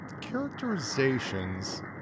characterizations